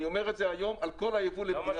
אני אומר את זה היום על כל הייבוא למדינת ישראל.